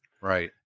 Right